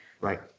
Right